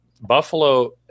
Buffalo